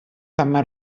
també